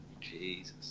Jesus